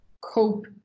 cope